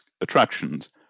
attractions